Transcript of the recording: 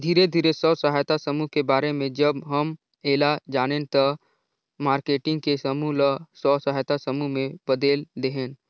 धीरे धीरे स्व सहायता समुह के बारे में जब हम ऐला जानेन त मारकेटिंग के समूह ल स्व सहायता समूह में बदेल देहेन